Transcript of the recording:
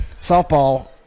softball